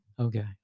Okay